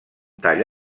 tall